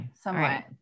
somewhat